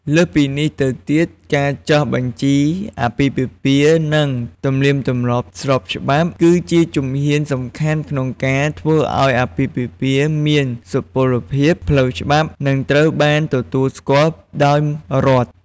លើសពីនេះទៅទៀតការចុះបញ្ជីអាពាហ៍ពិពាហ៍និងទំនៀមទម្លាប់ស្របច្បាប់ គឺជាជំហានសំខាន់ក្នុងការធ្វើអោយអាពាហ៍ពិពាហ៍មានសុពលភាព ផ្លូវច្បាប់ និងត្រូវបានទទួលស្គាល់ ដោយរដ្ឋ។